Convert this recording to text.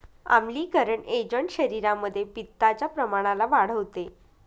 आम्लीकरण एजंट शरीरामध्ये पित्ताच्या प्रमाणाला वाढवते